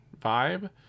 vibe